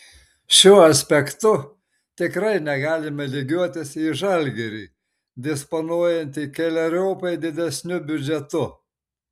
šiuo aspektu tikrai negalime lygiuotis į žalgirį disponuojantį keleriopai didesniu biudžetu